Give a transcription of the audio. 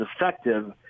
effective